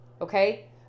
Okay